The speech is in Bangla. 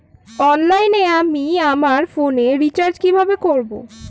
অনলাইনে আমি আমার ফোনে রিচার্জ কিভাবে করব?